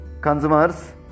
consumers